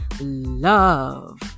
love